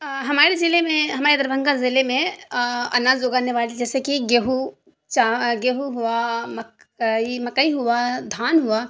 ہمارے ضلعے میں ہمارے دربھنگہ ضلعے میں اناج اگانے والی جیسے کہ گیہوں گیہوں ہوا مکئی ہوا دھان ہوا